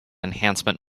enhancement